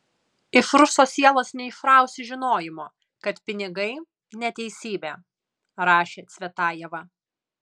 iš ruso sielos neišrausi žinojimo kad pinigai neteisybė rašė cvetajeva